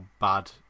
bad